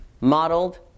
modeled